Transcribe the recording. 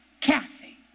Kathy